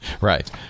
right